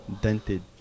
dented